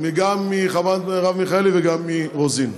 גם מחברת הכנסת מיכאלי וגם מרוזין.